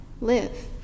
live